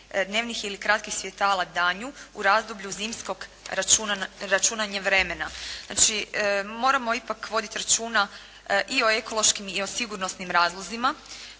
dnevnih ili kratkih svjetala danju u razdoblju zimskog računanja vremena. Znači moramo ipak voditi računa i o ekološkim i o sigurnosnim razlozima